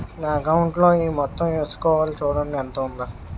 నా అకౌంటులో ఈ మొత్తం ఏసుకోవాలి చూడండి ఎంత ఉందో